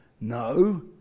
no